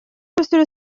monsieur